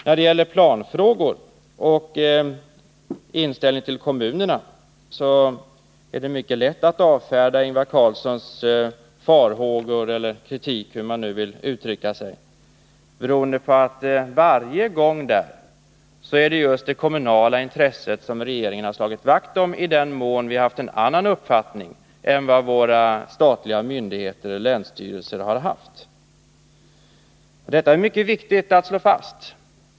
När det gäller planfrågorna och inställningen till kommunerna är det mycket lätt att avfärda Ingvar Carlssons farhågor och kritik. Varje gång som vi har haft en annan uppfattning än våra statliga myndigheter och länsstyrelser är det just det kommunala intresset som regeringen har slagit vakt om. Det är mycket viktigt att detta slås fast.